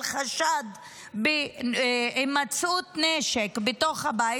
היו על חשד להימצאות נשק בתוך הבית.